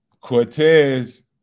Cortez